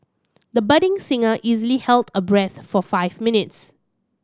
the budding singer easily held a breath for five minutes